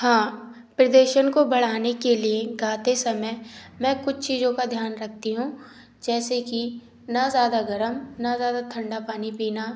हाँ प्रदेशन को बढ़ाने के लिए गाते समय मैं कुछ चीज़ों का ध्यान रखती हूँ जैसे कि न ज़्यादा गरम न ज़्यादा ठंडा पानी पीना